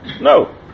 No